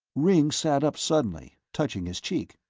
ringg sat up suddenly, touching his cheek.